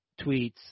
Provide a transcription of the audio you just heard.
tweets